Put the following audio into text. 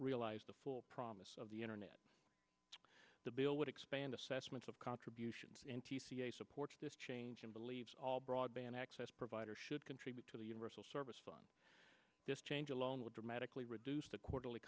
realize the full promise of the internet the bill would expand assessments of contributions supports this change and believes all broadband access provider should contribute to the universal service fund this change alone will dramatically reduce the quarterly